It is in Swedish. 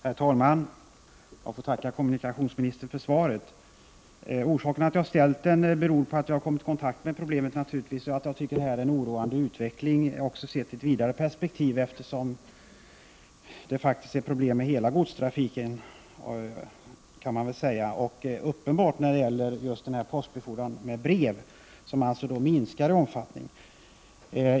Herr talman! Jag får tacka kommunikationsministern för svaret. Orsaken till att jag har ställt frågan är att jag har kommit i kontakt med problemet och tycker att utvecklingen är oroande, också sett i ett vidare perspektiv. Det är faktiskt problem med hela godstrafiken och uppenbart när det gäller just postbefordran med brev, som minskar i omfattning.